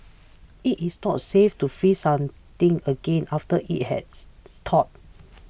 it is not safe to freeze something again after it has thawed